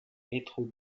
metro